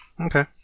Okay